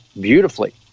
beautifully